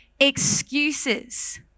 excuses